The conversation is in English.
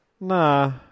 nah